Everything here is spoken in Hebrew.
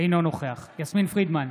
אינו נוכח יסמין פרידמן,